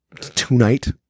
tonight